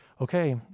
Okay